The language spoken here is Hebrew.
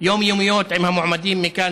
יומיומיות עם המועמדים מכאן,